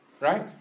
Right